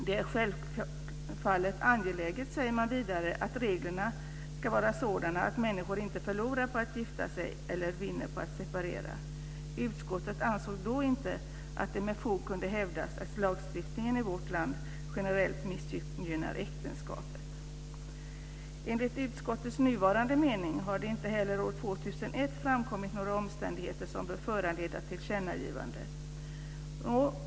Det är självfallet angeläget, säger man vidare, att reglerna är sådana att människor inte förlorar på att gifta sig eller vinner på att separera. Utskottet ansåg då inte att det med fog kunde hävdas att lagstiftningen i vårt land generellt missgynnar äktenskapet. Enligt utskottets nuvarande mening har det inte heller år 2001 framkommit några omständigheter som bör föranleda tillkännagivande.